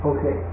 Okay